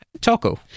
Taco